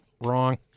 Wrong